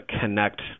connect